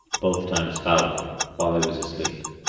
both times foully, while i was asleep.